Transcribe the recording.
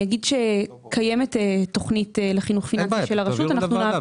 ואני אומר שזאת תקינה שיועדה לרשות כבר בבניית התקציב.